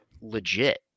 legit